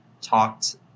talked